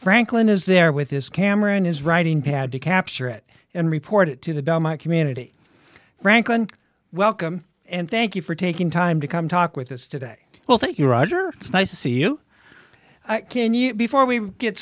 franklin is there with his camera and his writing pad to capture it and report it to the bell my community franklin welcome and thank you for taking time to come talk with us today well thank you roger it's nice to see you can you before we get